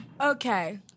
Okay